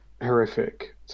horrific